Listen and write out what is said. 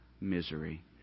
misery